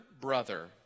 brother